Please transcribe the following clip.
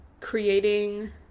creating